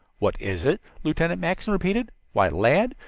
what is it? lieutenant mackinson repeated. why, lad,